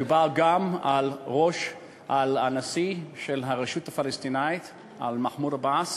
מדובר גם על הנשיא של הרשות הפלסטינית מחמוד עבאס,